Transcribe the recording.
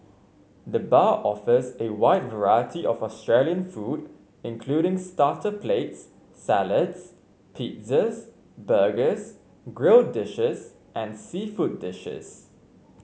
the bar offers a wide variety of Australian food including starter plates salads pizzas burgers grill dishes and seafood dishes